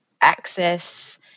access